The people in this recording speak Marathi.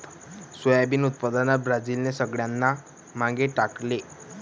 सोयाबीन उत्पादनात ब्राझीलने सगळ्यांना मागे टाकले